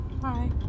Hi